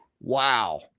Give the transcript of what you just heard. Wow